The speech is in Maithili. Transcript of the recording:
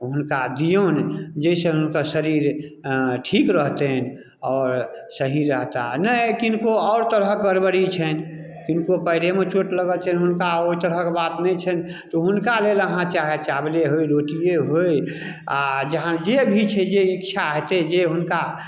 हुनका दियौन जैसँ हुनकर शरीर अऽ ठीक रहतनि आओर सही रहता ने किनको आओर तरहके गड़बड़ी छनि किनको पयरेमे छोट लगल छनि हुनका ओइ तरहक बात नहि छनि तऽ हुनका लेल अहाँ चाहे चावले होइ रोटीये होइ आओर जहाँ जे भी छै जे इच्छा हेतै जे हुनका